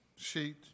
sheet